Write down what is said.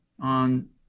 on